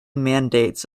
mandates